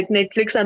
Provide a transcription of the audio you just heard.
Netflix